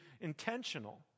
intentional